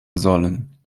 sollen